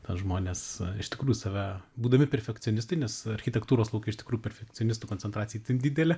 na žmonės iš tikrųjų save būdami perfekcionistai nes architektūros lauke iš tikrųjų perfekcionistų koncentracija itin didelė